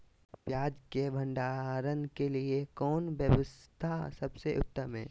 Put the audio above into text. पियाज़ के भंडारण के लिए कौन व्यवस्था सबसे उत्तम है?